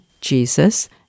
Jesus